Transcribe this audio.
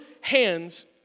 hands